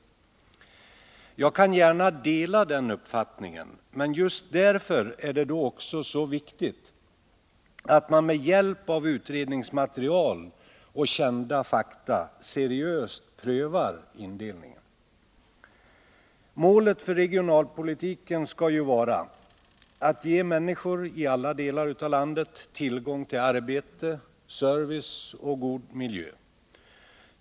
Jag kan gärna dela den uppfattningen, men just därför är det då också så viktigt att man med hjälp av utredningsmaterial och kända fakta seriöst prövar indelningen. Målet för regionalpolitiken skall ju vara att ge människor i alla delar av landet tillgång till arbete, service och god miljö.